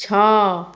ଛଅ